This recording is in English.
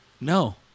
No